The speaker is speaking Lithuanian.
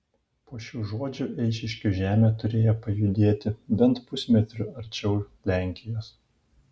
po šių žodžių eišiškių žemė turėjo pajudėti bent pusmetriu arčiau lenkijos